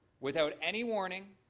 without any warning,